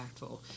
impactful